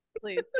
Please